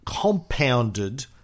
compounded